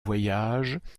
voyages